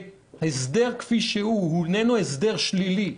הסדר כפי שהוא איננו הסדר שלילי,